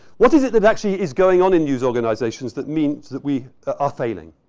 what is it that actually is going on in news organizations that means that we ah are failing?